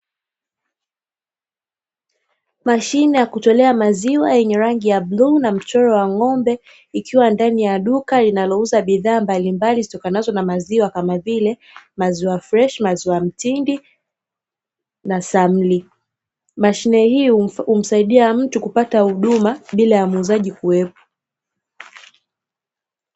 Mashine ya kutolea maziwa yenye rangi ya bluu na mchoro wa ng'ombe, ikiwa ndani ya duka linalouza bidhaa mbalimbali zitokanazo na maziwa, kama vile; maziwa freshi maziwa, mtindi na samli. Mashine hii humsaidia mtu kupata huduma bila ya muuzaji kuwepo.